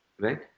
right